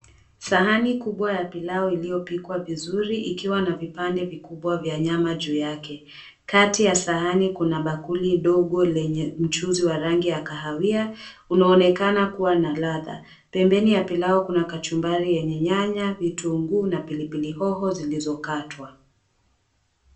Sahani kubwa ya pilau iliyopikwa vizuri ikiwa na vipande vikubwa vya nyama juu yake kati ya sahani kuna bakuli dogo lenye mchuzi wa rangi ya kahawia unaonekana kuwa na ladha pembeni ya pilau kuna kachumbari yenye nyanya, vitunguu na pilipili hoho zilizokatwa.